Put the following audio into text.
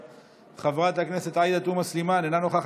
חברת הכנסת יוליה מלינובסקי, אינה נוכחת,